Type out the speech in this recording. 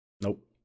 nope